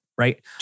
right